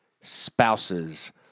spouses